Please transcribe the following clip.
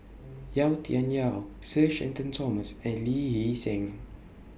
Yau Tian Yau Sir Shenton Thomas and Lee Hee Seng